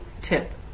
tip